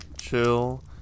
Chill